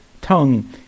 tongue